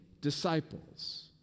disciples